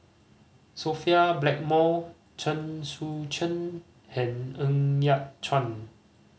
Sophia Blackmore Chen Sucheng and Ng Yat Chuan